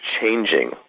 changing